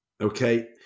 Okay